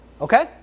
Okay